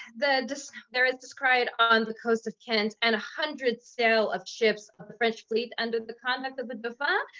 the there is descried on the coast of kent an hundred sail of ships of the french fleet, under the conduct of the dauphin,